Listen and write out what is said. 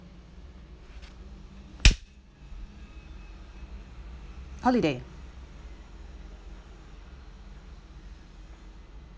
holiday